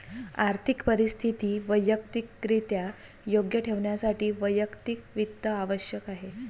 आर्थिक परिस्थिती वैयक्तिकरित्या योग्य ठेवण्यासाठी वैयक्तिक वित्त आवश्यक आहे